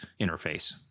interface